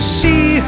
see